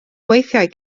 weithiau